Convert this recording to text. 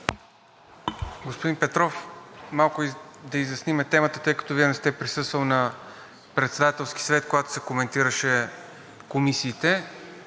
Господин Петров, малко да изясним темата, тъй като Вие не сте присъствали на Председателски съвет, когато се коментираха комисиите,